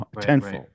tenfold